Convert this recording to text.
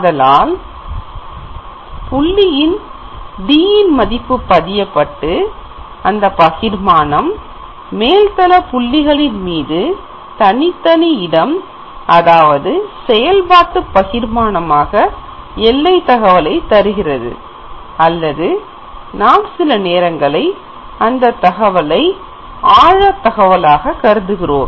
ஆதலால் புள்ளியின் d யின் மதிப்பு பதியப்பட்டு அந்த பகிர்மானம் மேல்தள புள்ளிகளின் மீது தனித்தனி இடம் அதாவது செயல்பாட்டு பகிர்மானமாக எல்லை தகவலைத் தருகிறது அல்லது நாம் சில நேரங்களில் அந்த தகவலை ஆழ தகவலாக கருதுகிறோம்